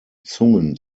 zungen